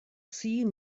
see